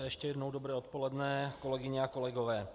Ještě jednou dobré odpoledne, kolegyně a kolegové.